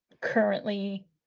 currently